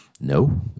No